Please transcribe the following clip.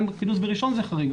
גם כינוס בראשון הוא חריג,